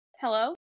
hello